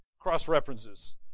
cross-references